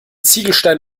ziegelstein